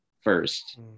first